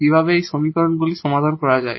কিভাবে এই সমীকরণগুলি সমাধান করা যায়